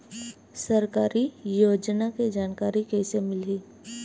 सरकारी योजना के जानकारी कइसे मिलही?